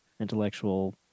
intellectual